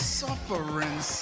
suffering